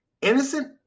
innocent